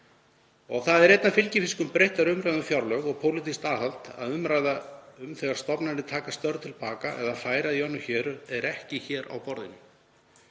Það er einn af fylgifiskum breyttrar umræðu um fjárlög og pólitískt aðhald að umræða um það þegar stofnarnir taka störf til baka eða færa í önnur héruð er ekki hér á borðinu.